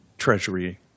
Treasury